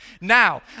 now